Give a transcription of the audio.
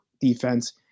defense